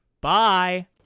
Bye